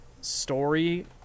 story